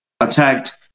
attacked